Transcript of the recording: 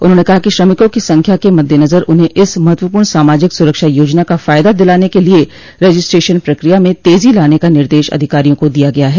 उन्होंने कहा कि श्रमिकों की संख्या के मददेनजर उन्हें इस महत्वपूर्ण सामाजिक सुरक्षा योजना का फायदा दिलाने के लिये रजिस्ट्रेशन प्रक्रिया में तेजो लाने का निर्देश अधिकारियों को दिया गया है